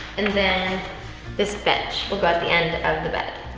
and, then this bench will go at the end of the bed.